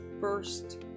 first